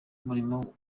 mirimo